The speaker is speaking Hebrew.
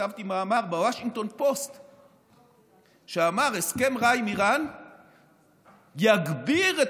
כתבתי מאמר בוושינגטון פוסט שאמר: הסכם רע עם איראן יגביר את